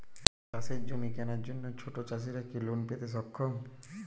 চাষের জমি কেনার জন্য ছোট চাষীরা কি লোন পেতে সক্ষম?